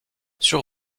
sur